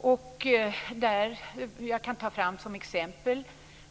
Som exempel kan jag ta fram